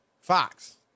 Fox